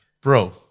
bro